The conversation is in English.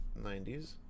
90s